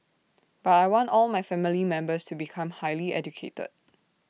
but I want all my family members to become highly educated